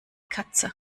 katze